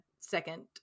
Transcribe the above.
second